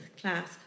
Class